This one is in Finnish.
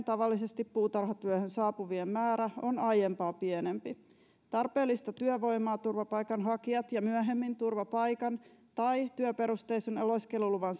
tavallisesti puutarhatyöhön saapuvien vuosittainen määrä on aiempaa pienempi tarpeellista työvoimaa turvapaikanhakijat ja myöhemmin turvapaikan tai työperusteisen oleskeluluvan